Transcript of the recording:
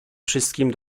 wszystkim